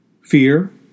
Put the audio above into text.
Fear